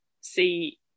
see